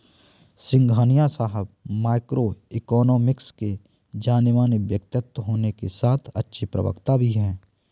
सिंघानिया साहब micro economics के जानेमाने व्यक्तित्व होने के साथ अच्छे प्रवक्ता भी है